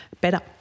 better